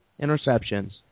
interceptions